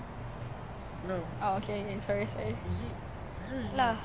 like can I ask how many sticks do you usually like